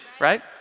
right